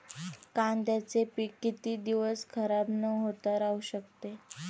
कांद्याचे पीक किती दिवस खराब न होता राहू शकते?